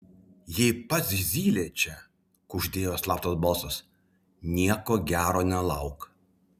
jei pats zylė čia kuždėjo slaptas balsas nieko gero nelauk